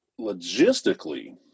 logistically